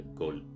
goal